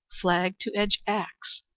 flag to edge axe,